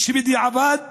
שכן בדיעבד